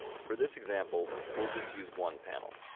for this example, we'll just use one panel.